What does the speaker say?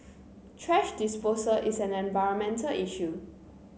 thrash disposal is an environmental issue